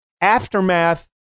Aftermath